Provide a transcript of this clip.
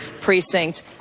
precinct